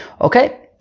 Okay